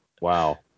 Wow